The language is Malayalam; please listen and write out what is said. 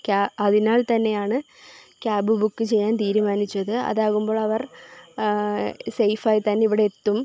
ക്യാ അതിനാൽത്തന്നെയാണ് ക്യാബ് ബുക്ക് ചെയ്യാൻ തീരുമാനിച്ചത് അതാകുമ്പോളവർ സേയ്ഫായിത്തന്നെ ഇവിടെ എത്തും